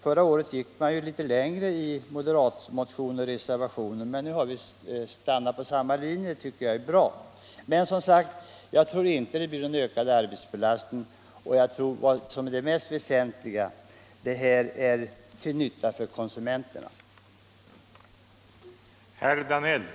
Förra året gick man litet längre i moderatmotionen och reservationen, men nu har vi stannat på samma linje. Det tycker jag är bra. Jag tror som sagt inte att vårt förslag medför någon ökad arbetsbe lastning, och — det är det mest väsentliga — det är till nytta för kon Nr 72